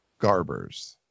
Garbers